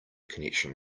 connection